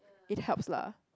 it helps lah